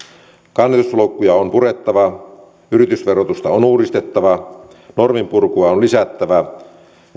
kannustinloukkuja on purettava yritysverotusta on uudistettava norminpurkua on lisättävä